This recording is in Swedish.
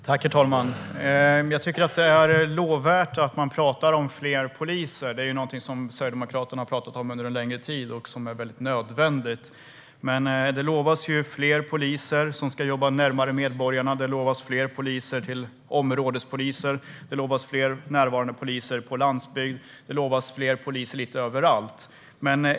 Herr talman! Jag tycker att det är lovvärt att man talar om fler poliser. Det är något som Sverigedemokraterna har talat om under en längre tid och som är väldigt nödvändigt. Det utlovas fler poliser som ska jobba närmare medborgarna. Det utlovas fler områdespoliser. Det utlovas fler närvarande poliser på landsbygden. Det utlovas fler poliser lite överallt.